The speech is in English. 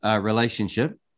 relationship